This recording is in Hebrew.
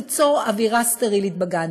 הם אמרו: אנחנו ניצור אווירה סטרילית בגן.